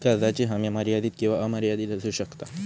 कर्जाची हमी मर्यादित किंवा अमर्यादित असू शकता